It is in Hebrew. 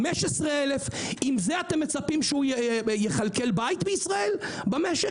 15,000. עם זה אתם מצפים שיכלכל בית בישראל במשק?